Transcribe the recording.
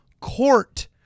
Court